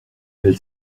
elle